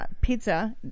Pizza